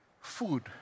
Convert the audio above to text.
food